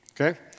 Okay